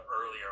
earlier